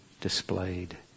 displayed